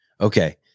Okay